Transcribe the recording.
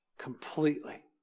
completely